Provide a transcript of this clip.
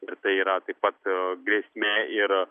ir tai yra taip pat grėsmė ir